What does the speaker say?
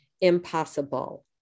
impossible